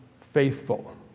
faithful